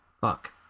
Fuck